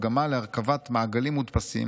ומגמה להרכבת מעגלים מודפסים,